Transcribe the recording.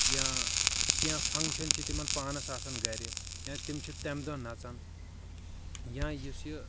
یا کینٛہہ فنٚکشن چھِ تِمن پانس آسان گرِ یا تِم چھِ تمہِ دۄہ نژان یا یُس یہِ